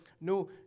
no